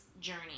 journey